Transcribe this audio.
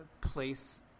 place